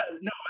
No